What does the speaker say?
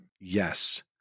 Yes